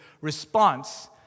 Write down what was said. response